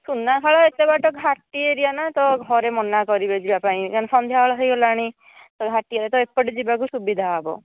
ସୁନାଖଳା ଏତେ ବାଟ ଘାଟି ଏରିୟା ନା ତ ଘରେ ମନା କରିବେ ଯିବାପାଇଁ ସଂଧ୍ୟାବେଳ ହୋଇଗଲାଣି ତ ଘାଟି ବାଟ ଏପଟେ ଯିବାକୁ ସୁବିଧା ହେବ